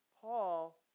Paul